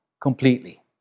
completely